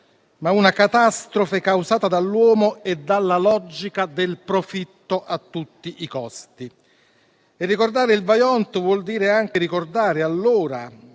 ma una catastrofe causata dall'uomo e dalla logica del profitto a tutti i costi. Ricordare il Vajont vuol dire anche ricordare la